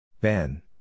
Ben